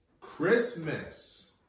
Christmas